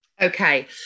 Okay